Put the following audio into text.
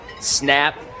Snap